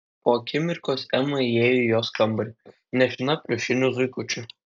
po akimirkos ema įėjo į jos kambarį nešina pliušiniu zuikučiu